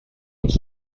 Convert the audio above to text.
uns